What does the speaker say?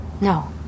no